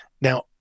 now